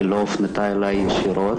היא לא הופנתה אלי ישירות.